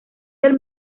del